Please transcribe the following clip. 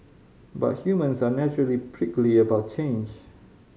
but humans are naturally prickly about change